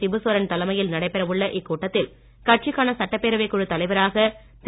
சிபு சோரன் தலைமையில் நடைபெற உள்ள இக்கூட்டத்தில் கட்சிக்கான சட்டப்பேரவைக் குழு தலைவராக திரு